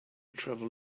travel